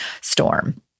storm